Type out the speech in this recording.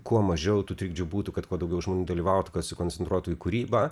kuo mažiau tų trikdžių būtų kad kuo daugiau žmonių dalyvautų kad sukoncentruotų į kūrybą